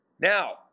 Now